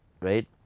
right